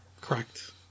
Correct